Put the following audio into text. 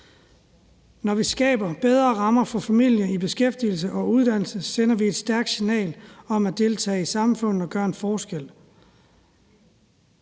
Når vi skaber bedre rammer for familier i beskæftigelse eller i uddannelse, sender vi et stærkt signal om at deltage i samfundet og dermed i første